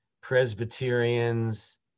Presbyterians